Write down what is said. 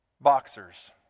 boxers